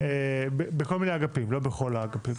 בכל מיני אגפים, לא בכל האגפים.